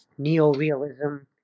neorealism